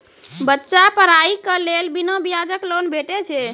बच्चाक पढ़ाईक लेल बिना ब्याजक लोन भेटै छै?